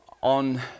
on